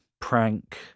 prank